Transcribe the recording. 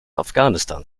afghanistan